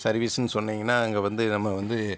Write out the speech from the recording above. சர்வீஸ்ன்னு சொன்னீங்கனால் அங்கே வந்து நம்ம வந்து